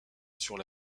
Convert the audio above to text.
sur